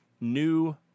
new